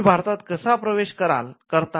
तुम्ही भारतात कसा प्रवेश करता